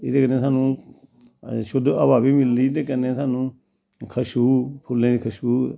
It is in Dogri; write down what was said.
एह्दे कन्ने स्हानू शुध्द हवा बी मिसदी ते कन्नै स्हानू खश्बू फुल्लें दी खश्बू